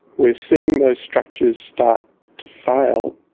we're seeing those structures start to fail.